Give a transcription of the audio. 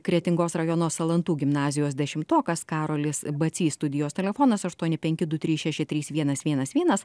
kretingos rajono salantų gimnazijos dešimtokas karolis bacys studijos telefonas aštuoni penki du trys šeši trys vienas vienas vienas